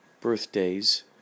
birthdays